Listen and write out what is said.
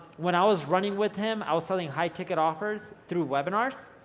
when i was running with him, i was selling high-ticket offers through webinars.